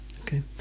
okay